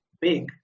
big